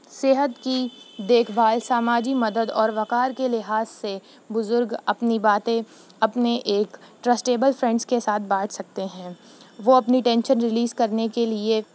صحت کی دیکھ بھال سماجی مدد اور وقار کے لحاظ سے بزرگ اپنی باتیں اپنے ایک ٹرسٹیبل فرینڈس کے ساتھ بانٹ سکتے ہیں وہ اپنی ٹینشن ریلیز کرنے کے لیے